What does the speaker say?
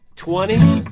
twenty